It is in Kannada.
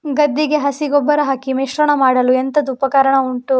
ಗದ್ದೆಗೆ ಹಸಿ ಗೊಬ್ಬರ ಹಾಕಿ ಮಿಶ್ರಣ ಮಾಡಲು ಎಂತದು ಉಪಕರಣ ಉಂಟು?